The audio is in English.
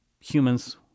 humans